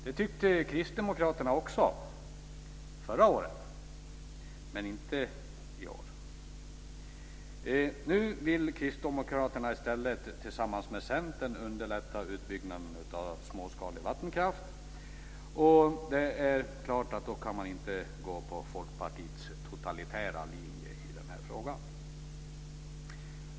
Det tyckte Kristdemokraterna också förra året, men inte i år. Nu vill Kristdemokraterna i stället tillsammans med Centern underlätta utbyggnaden av småskalig vattenkraft. Det är klart att man då inte kan gå på Folkpartiets totalitära linje i den här frågan.